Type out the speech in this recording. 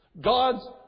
God's